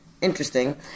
interesting